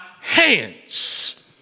hands